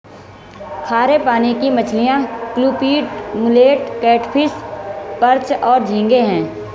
खारे पानी की मछलियाँ क्लूपीड, मुलेट, कैटफ़िश, पर्च और झींगे हैं